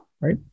right